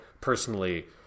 personally